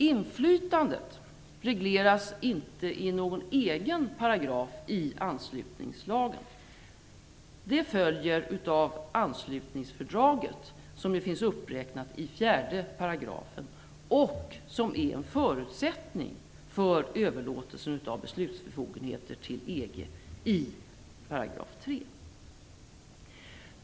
Inflytandet regleras inte i någon egen paragraf i anslutningslagen. Det följer av anslutningsfördraget som finns uppräknat i 4 § och som är en förutsättning för överlåtelsen av beslutsbefogenheter till EG i 3 §.